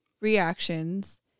reactions